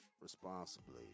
responsibly